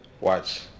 Watch